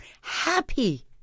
happy